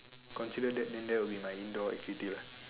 consider that then that will be my indoor activity lah